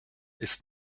ist